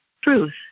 Truth